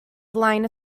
flaen